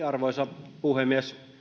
arvoisa puhemies